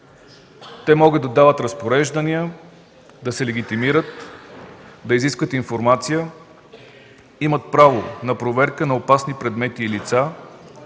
Те могат да дават разпореждания, да се легитимират, да изискват информация, имат право на проверка на опасни предмети и лица,